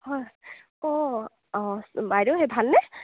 হয় অঁ অঁ বাইদেউ হে ভালনে